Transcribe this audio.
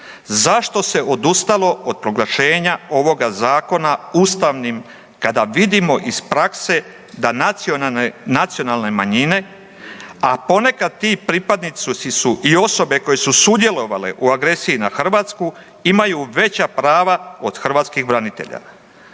Zašto se odustalo od proglašenja ovoga zakona ustavnim kada vidimo iz prakse da nacionalne manjine, a ponekad ti pripadnici su i osobe koje su sudjelovale u agresiji na Hrvatsku imaju veća prava od hrvatskih branitelja.